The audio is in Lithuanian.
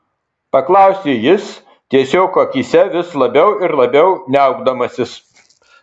paklausė jis tiesiog akyse vis labiau ir labiau niaukdamasis